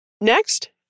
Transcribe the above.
Next